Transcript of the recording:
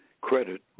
credit